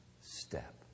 step